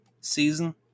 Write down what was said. season